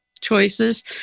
choices